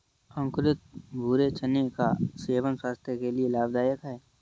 अंकुरित भूरे चने का सेवन स्वास्थय के लिए लाभदायक है